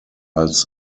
als